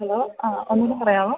hello ആ ഒന്നും കൂടെ പറയാമോ